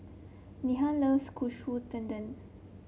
Nena loves Katsu Tendon